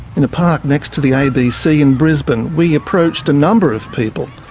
in a park next to the abc in brisbane we approached a number of people.